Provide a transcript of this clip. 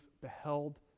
beheld